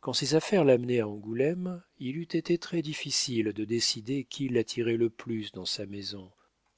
quand ses affaires l'amenaient à angoulême il eût été très-difficile de décider qui l'attirait le plus dans sa maison